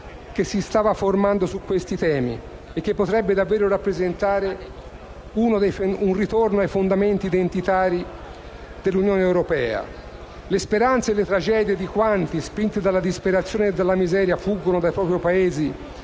che si stava formando su questi temi, che potrebbe davvero rappresentare un ritorno ai fondamenti identitari dell'Unione europea. Le speranze e le tragedie di quanti, spinti dalla disperazione e dalla miseria, fuggono dai propri Paesi